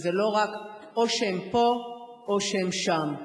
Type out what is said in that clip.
שזה לא רק או שהם פה או שהם שם.